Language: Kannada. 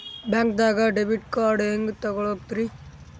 ಬ್ಯಾಂಕ್ದಾಗ ಡೆಬಿಟ್ ಕಾರ್ಡ್ ಹೆಂಗ್ ತಗೊಳದ್ರಿ?